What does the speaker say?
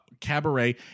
cabaret